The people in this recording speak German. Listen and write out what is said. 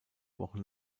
wochen